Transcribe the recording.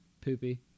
poopy